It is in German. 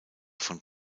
von